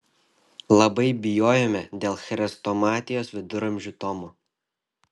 labai bijojome dėl chrestomatijos viduramžių tomo